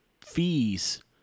fees